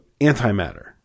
antimatter